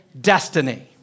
destiny